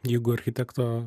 jeigu architekto